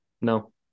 No